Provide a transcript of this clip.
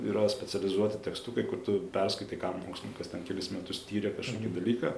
yra specializuoti tekstukai kur tu perskaitai kam mokslininkas ten kelis metus tyrė kažkokį dalyką